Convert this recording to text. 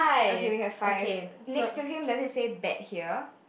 okay we have five next to him does it say bet here